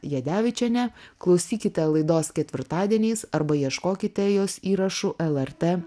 jadevičienė klausykite laidos ketvirtadieniais arba ieškokite jos įrašų lrt